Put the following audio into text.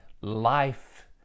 life